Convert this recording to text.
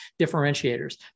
differentiators